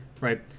right